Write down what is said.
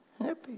happy